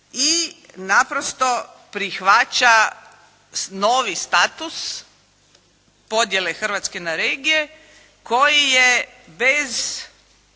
i naprosto prihvaća novi status podjele Hrvatske na regije koji je bez